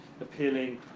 appealing